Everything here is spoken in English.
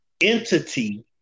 entity